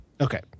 okay